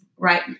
Right